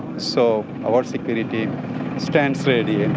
so our security stands ready, and